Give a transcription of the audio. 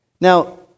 Now